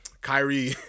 Kyrie